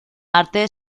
arte